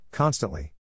Constantly